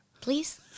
Please